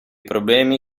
problemi